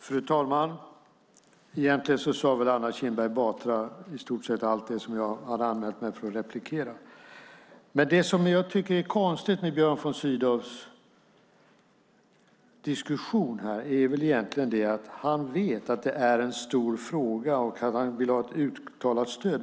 Fru talman! Egentligen sade väl Anna Kinberg Batra i stort sett allt det jag anmälde mig för att replikera. Det jag tycker är konstigt med Björn von Sydows diskussion är egentligen att han vet att detta är en stor fråga, och han vill ha ett uttalat stöd.